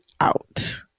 out